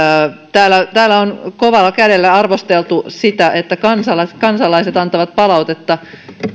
täällä täällä on kovalla kädellä arvosteltu sitä että kansalaiset kansalaiset antavat palautetta